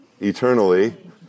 eternally